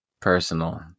personal